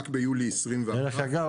רק ביולי 21 -- דרך אגב,